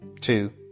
two